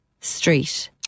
Street